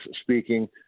speaking